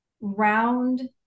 round